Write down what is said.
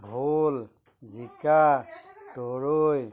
ভোল জিকা তৰৈ